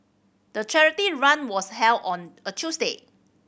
the charity run was held on a Tuesday